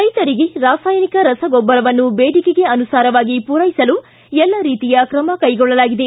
ರೈತರಿಗೆ ರಾಸಾಯನಿಕ ರಸಗೊಬ್ಬರವನ್ನು ಬೇಡಿಕೆಗೆ ಅನುಸಾರ ಮೂರೈಸಲು ಎಲ್ಲ ರೀತಿಯ ತ್ರಮ ಕೈಗೊಳ್ಳಲಾಗಿದೆ